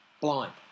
Blind